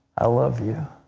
i love you,